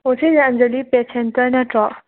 ꯑꯣ ꯁꯤꯁꯦ Anjali pet centre ꯅꯠꯇ꯭ꯔꯣ